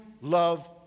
love